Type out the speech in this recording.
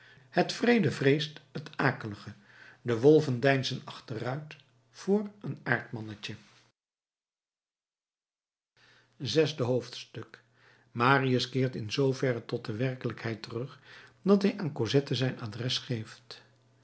het wreede vreest het akelige de wolven deinzen achteruit voor een aardmannetje zesde hoofdstuk marius keert in zooverre tot de werkelijkheid terug dat hij aan cosette zijn adres geeft